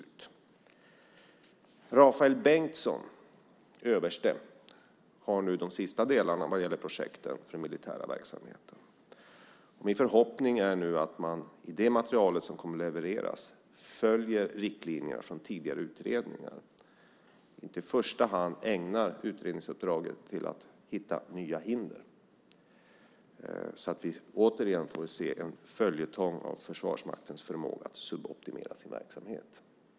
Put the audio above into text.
Överste Rafael Bengtsson håller nu i de sista delarna vad gäller projekten för den militära verksamheten. Min förhoppning är man i det material som kommer att levereras följer riktlinjerna från tidigare utredningar och inte i första hand ägnar utredningsuppdraget till att hitta nya hinder så att vi återigen får se en följetong av Försvarsmaktens förmåga att suboptimera sin verksamhet.